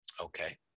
Okay